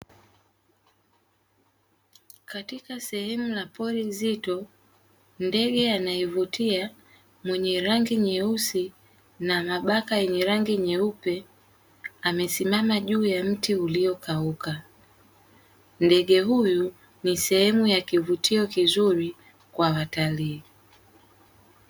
Katika sehemu la poli nzito, ndege anayevutia mwenye rangi nyeusi na mabaka yenye rangi nyeupe amesimama juu ya mti uliokauka, ndege huyu ni sehemu ya kivutio kizuri kwa watalii.